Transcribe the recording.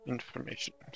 Information